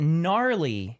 gnarly